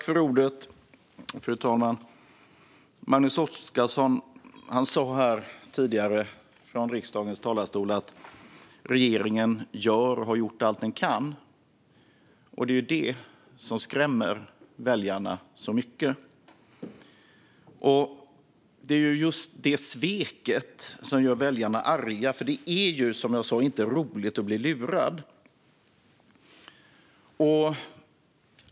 Fru talman! Magnus Oscarsson sa tidigare, i riksdagens talarstol, att regeringen gör och har gjort allt den kan. Det är det som skrämmer väljarna så mycket. Det är just det sveket som gör väljarna arga. Det är ju, som jag sa, inte roligt att bli lurad. Fru talman!